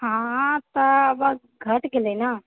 आब तऽघटि गेलै ने